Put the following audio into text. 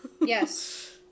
Yes